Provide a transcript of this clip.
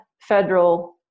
federal